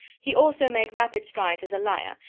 he also made rapid strides as a liar,